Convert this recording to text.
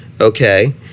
okay